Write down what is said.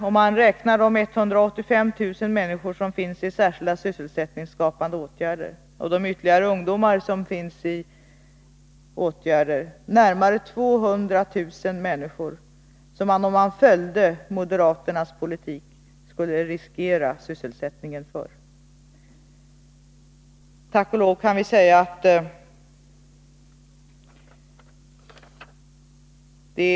Om man räknar de 185 000 människor som beretts arbete genom särskilda sysselsättningsskapande åtgärder och de ungdomar som beretts sysselsättning på motsvarande sätt, kan man konstatera att sysselsättningen skulle ha riskerats för närmare 200 000 människor om man följt moderaternas förslag.